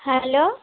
hello